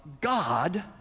God